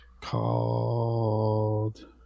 called